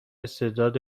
استعداد